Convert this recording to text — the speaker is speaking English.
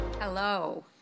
Hello